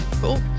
Cool